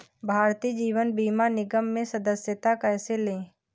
भारतीय जीवन बीमा निगम में सदस्यता कैसे लें?